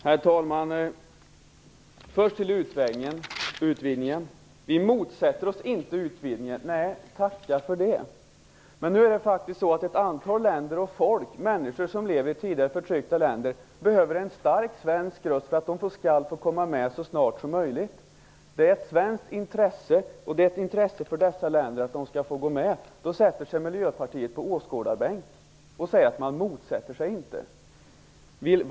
Herr talman! Vi motsätter oss inte utvidgningen, säger Birger Schlaug. Nej, tacka för det. Men nu är det faktiskt ett antal länder och människor, som lever i tidigare förtryckta länder, vilka behöver en stark svensk röst för att de skall få komma med så snart som möjligt. Det är ett svenskt intresse och ett intresse för dessa länder att de skall få gå med. Då sätter sig Miljöpartiet på åskådarbänk och säger att man inte motsätter sig att de blir medlemmar.